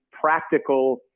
practical